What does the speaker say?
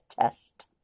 test